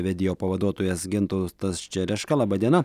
vedėjo pavaduotojas gintautas čereška laba diena